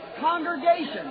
congregation